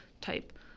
type